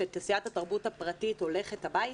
שתעשיית התרבות הפרטית הולכת הביתה?